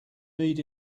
need